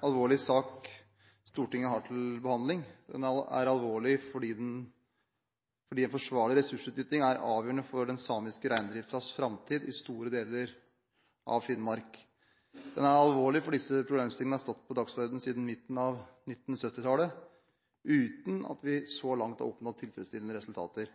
alvorlig fordi en forsvarlig ressursutnytting er avgjørende for den samiske reindriftens framtid i store deler av Finnmark. Den er alvorlig fordi disse problemstillingene har stått på dagsordenen siden midten av 1970-tallet uten at vi så langt har oppnådd tilfredsstillende resultater.